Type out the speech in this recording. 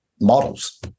models